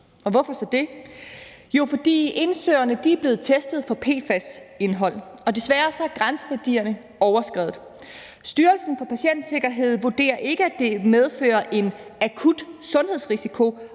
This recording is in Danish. hvorfor så det? Jo, fordi indsøerne er blevet testet for PFAS-indhold, og desværre er grænseværdierne overskredet. Styrelsen for Patientsikkerhed vurderer ikke, at det medfører en akut sundhedsrisiko